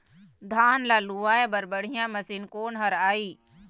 धान ला लुआय बर बढ़िया मशीन कोन हर आइ?